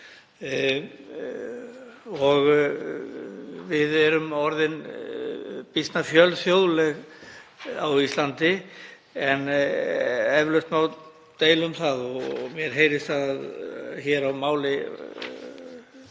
Við erum orðin býsna fjölþjóðleg á Íslandi en eflaust má deila um það og mér heyrist það á máli